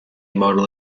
model